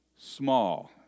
small